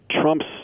Trump's